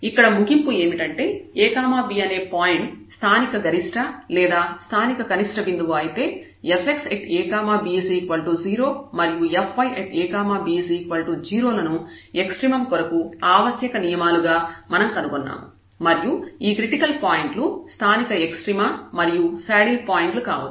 ఇక్కడ ముగింపు ఏమిటంటే a b అనే పాయింట్ స్థానిక గరిష్ట లేదా స్థానిక కనిష్ట బిందువు అయితే fxab0 మరియు fyab0 లను ఎక్సట్రీమమ్ కొరకు ఆవశ్యక నియమాలుగా మనం కనుగొన్నాము మరియు ఈ క్రిటికల్ పాయింట్లు స్థానిక ఎక్స్ట్రీమ మరియు శాడిల్ పాయింట్లు కావచ్చు